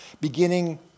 beginning